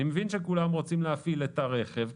אני מבין שכולם רוצים להפעיל את הרכב.